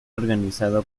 organizado